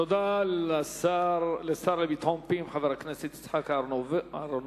תודה לשר לביטחון פנים, חבר הכנסת יצחק אהרונוביץ.